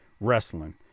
wrestling